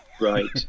Right